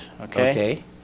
Okay